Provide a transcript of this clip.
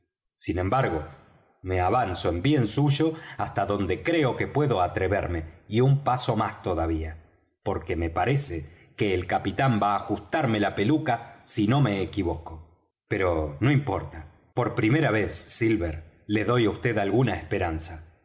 sin embargo me avanzo en bien suyo hasta donde creo que puedo atreverme y un paso más todavía porque me parece que el capitán va á ajustarme la peluca si no me equivoco pero no importa por primera vez silver le doy á vd alguna esperanza